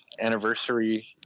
anniversary